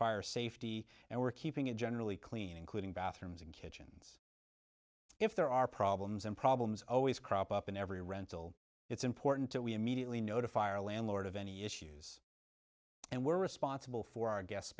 fire safety and we're keeping it generally clean including bathrooms and kitchen if there are problems and problems always crop up in every rental it's important that we immediately notify our landlord of any issues and we're responsible for our gues